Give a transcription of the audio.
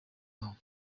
wawe